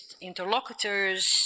interlocutors